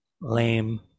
Lame